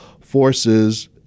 forces